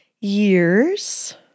years